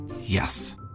Yes